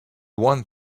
one